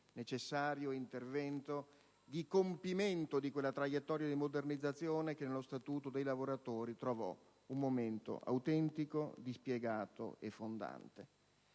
necessario intervento di compimento di quella traiettoria di modernizzazione che nello Statuto dei lavoratori trovò un momento autentico, dispiegato e fondante.